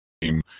game